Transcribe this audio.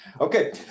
okay